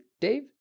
Dave